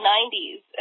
90s